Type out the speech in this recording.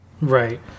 Right